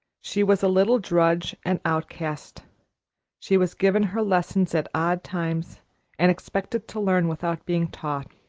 she was a little drudge and outcast she was given her lessons at odd times and expected to learn without being taught